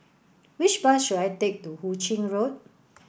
which bus should I take to Hu Ching Road